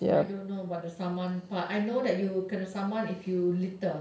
I don't know about the saman part I know you that you kena saman if you litter